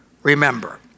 remember